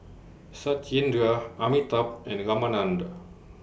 Satyendra Amitabh and Ramanand